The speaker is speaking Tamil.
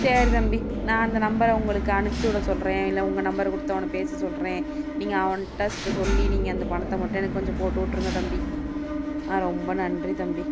சரி தம்பி நான் அந்த நம்பரை உங்களுக்கு அனுப்பிச்சு விட சொல்கிறேன் இல்லை உங்கள் நம்பரை கொடுத்து அவனை பேச சொல்கிறேன் நீங்கள் அவன்கிட்ட சித்த சொல்லி நீங்கள் அந்த பணத்தை மட்டும் எனக்கு கொஞ்சம் போட்டு விட்ருங்க தம்பி ரொம்ப நன்றி தம்பி